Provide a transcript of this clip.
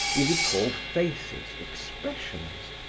he recalled faces, expressions,